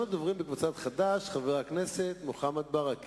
אני מציעה לחברי הקואליציה